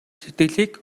сэтгэлийг